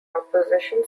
opposition